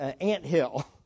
anthill